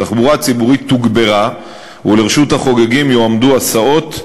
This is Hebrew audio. התחבורה הציבורית תוגברה ולרשות החוגגים יועמדו הסעות,